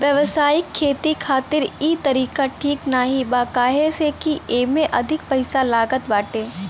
व्यावसायिक खेती खातिर इ तरीका ठीक नाही बा काहे से की एमे अधिका पईसा लागत बाटे